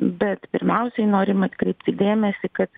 bet pirmiausiai norim atkreipti dėmesį kad